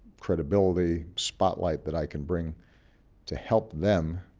credibility, spotlight that i can bring to help them